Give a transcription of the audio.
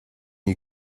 you